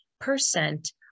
percent